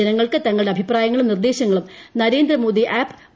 ജനങ്ങൾക്ക് തങ്ങളുടെ അഭിപ്രായങ്ങളും നിർദ്ദേശങ്ങളും നരേന്ദ്രമോദി ആപ് ങ്യ ഏ്ട്